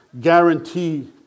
guarantee